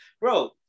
bro